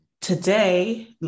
today